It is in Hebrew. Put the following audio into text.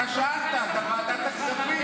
אתה שאלת, אתה בוועדת הכספים.